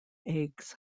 eggs